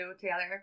together